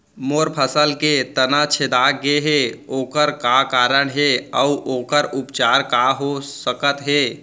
मोर फसल के तना छेदा गेहे ओखर का कारण हे अऊ ओखर उपचार का हो सकत हे?